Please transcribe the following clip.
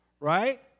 right